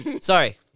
sorry